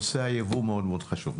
נושא היבוא מאוד מאוד חשוב,